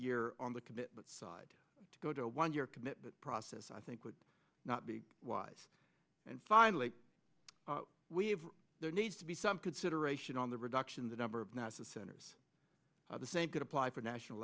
year on the commitment side to go to a one year commitment process i think would not be wise and finally we have there needs to be some consideration on the reduction in the number of nasa centers the same could apply for national